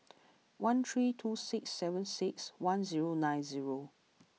one three two six seven six one zero nine zero